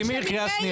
ולדימיר, קריאה שנייה.